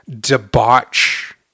debauch